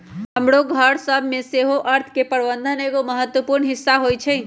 हमरो घर सभ में सेहो अर्थ के प्रबंधन एगो महत्वपूर्ण हिस्सा होइ छइ